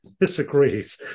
disagrees